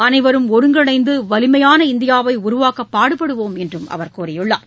அனைவரும் ஒருங்கிணைந்து வலிமையான இந்தியாவை உருவாக்க பாடுபடுவோம் என்றும் அவர் கூறியுள்ளார்